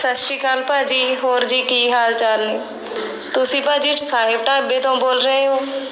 ਸਤਿ ਸ਼੍ਰੀ ਅਕਾਲ ਭਾਅ ਜੀ ਹੋਰ ਜੀ ਕੀ ਹਾਲ ਚਾਲ ਨੇ ਤੁਸੀਂ ਭਾਅ ਜੀ ਸਾਹਿਬ ਢਾਬੇ ਤੋਂ ਬੋਲ ਰਹੇ ਹੋ